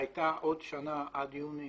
והייתה עוד שנה עד יוני